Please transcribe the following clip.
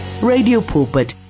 Radiopulpit